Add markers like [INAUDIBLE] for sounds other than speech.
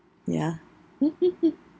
ya [LAUGHS]